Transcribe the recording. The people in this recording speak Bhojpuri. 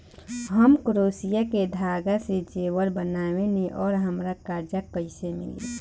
हम क्रोशिया के धागा से जेवर बनावेनी और हमरा कर्जा कइसे मिली?